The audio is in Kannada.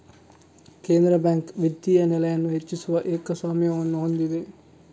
ಕೇಂದ್ರ ಬ್ಯಾಂಕ್ ವಿತ್ತೀಯ ನೆಲೆಯನ್ನು ಹೆಚ್ಚಿಸುವ ಏಕಸ್ವಾಮ್ಯವನ್ನು ಹೊಂದಿದೆ